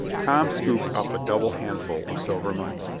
tom scooped up a double handful of silver money.